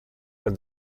when